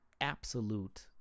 absolute